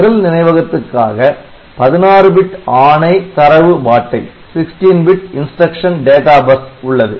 நிரல் நினைவகத்துக்காக 16 பிட் ஆணை தரவு பாட்டை 16 bit InstructionData Bus உள்ளது